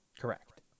Correct